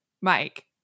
Mike